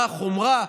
מה החומרה,